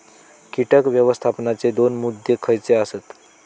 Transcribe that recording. कीटक व्यवस्थापनाचे दोन मुद्दे खयचे आसत?